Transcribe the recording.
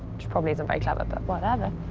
which probably isn't very clever. but whatever.